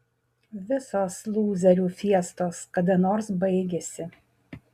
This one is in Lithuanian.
visos lūzerių fiestos kada nors baigiasi